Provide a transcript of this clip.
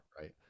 right